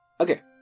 Okay